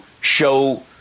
show